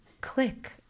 click